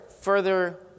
further